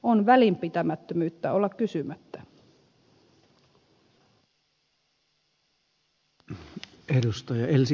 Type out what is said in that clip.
on välinpitämättömyyttä olla kysymättä